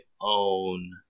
own